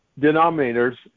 denominators